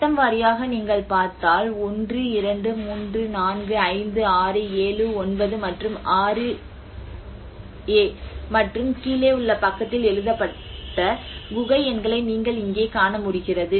கட்டம் வாரியாக நீங்கள் பார்த்தால் 1 2 3 4 5 6 7 9 மற்றும் 6 அ மற்றும் கீழே உள்ள பக்கத்தில் எழுதப்பட்ட குகை எண்களை நீங்கள் இங்கே காண முடிகிறது